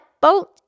boat